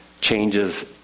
changes